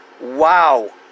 Wow